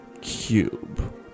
cube